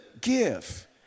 give